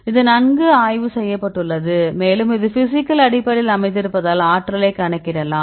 இது நன்கு ஆய்வு செய்யப்பட்டுள்ளது மேலும் இது பிசிகல் அடிப்படையில் அமைந்திருப்பதால் ஆற்றலைக் கணக்கிடலாம்